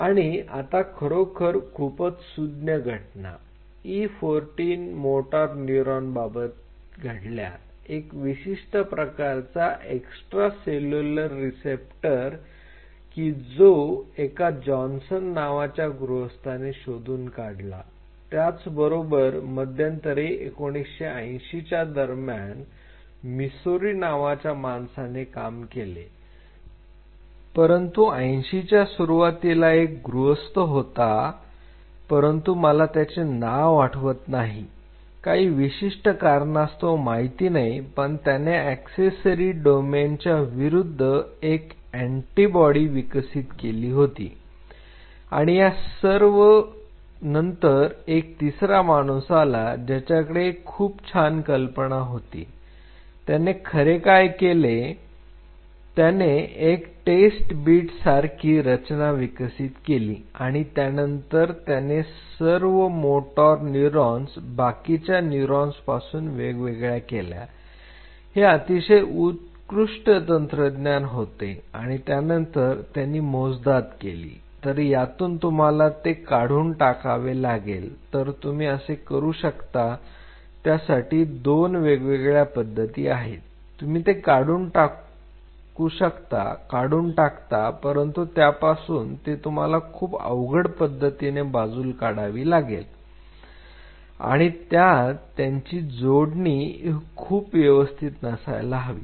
आणि आता खरोखरच खूपच सुज्ञ घटना E14 मोटार न्यूरॉनच्याबाबतीत घडल्या एक विशिष्ट प्रकारचा एक्स्ट्रा सेल्युलर रिसेप्टर की जो एका जॉन्सन नावाच्या गृहस्थाने शोधून काढला त्याचबरोबर मध्यंतरी 1980च्या दरम्यान मीसोरी नावाच्या माणसाने काम केले परंतु 80sच्या सुरुवातीला एक गृहस्थ होता परंतु मला त्याचे नाव आठवत नाही काही विशिष्ट कारणास्तव माहित नाही पण त्याने एक्सेसरी डोमेनच्या विरुद्ध एक अँटीबॉडी विकसित केली होती आणि या सर्व नंतर एक तिसरा माणूस आला ज्याच्याकडे एक खुप छान कल्पना होती त्याने खरे काय केले त्याने एक टेस्ट बीटसारखी रचना विकसित केली आणि त्यानंतर त्याने सर्व मोटार न्यूरॉन्स बाकीच्या न्यूरॉन्स पासून वेगवेगळ्या केल्या हे अतिशय उत्कृष्ट तंत्रज्ञान होते आणि त्यानंतर त्यांनी मोजदाद केली तर यातून तुम्हाला ते काढून टाकावे लागेल तर तुम्ही कसे करू शकता त्यासाठी दोन वेगवेगळ्या पद्धती आहेत तुम्ही ते काढू शकता परंतु त्यापासून ती तुम्हाला खूप अवघड पद्धतीने बाजूला काढावी लागेल आणि त्यात त्यांची जोडणी हि खूप व्यवस्थित नसायला हवी